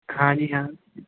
ਹਾਂਜੀ ਹਾਂ